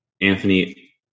Anthony